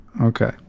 Okay